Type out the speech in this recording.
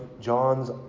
John's